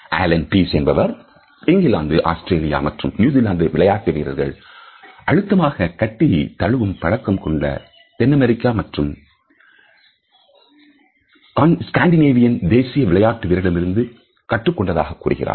Alan Pease என்பவர் England Australia மற்றும் New Zealand விளையாட்டு வீரர்கள் அழுத்தமாக கட்டித் கழுவும் பழக்கம் தென்அமெரிக்கா மற்றும் கான்டினென்டல் தேசிய விளையாட்டு வீரர்களிடமிருந்து கற்றுக் கொண்டதாகக் கூறுகிறார்